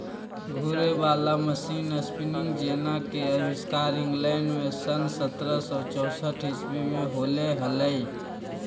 घूरे वाला machine spinning जेना के आविष्कार इंग्लैंड में सन् सत्रह सौ चौसठ ईसवी में होले हलई